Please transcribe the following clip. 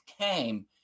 came